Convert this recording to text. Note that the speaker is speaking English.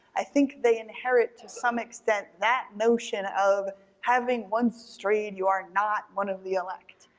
i think they inherit to some extent that notion of having once strayed, you are not one of the elect.